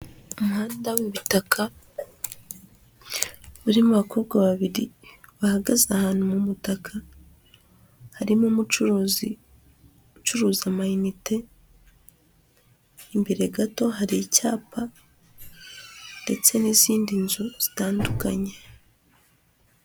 Umuhanda w'ibitaka, urimo abakobwa babiri, bahagaze ahantu mu mutaka, harimo umucuruzi, ucuruza amayinite, imbere gato hari icyapa ndetse n'izindi nzu zitandukanye.